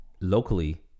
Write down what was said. locally